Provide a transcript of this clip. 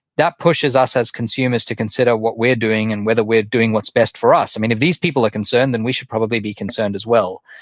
that pushes us as consumers to consider what we're doing and whether we're doing what's best for us. i mean if these people are concerned, then we should probably be concerned as well.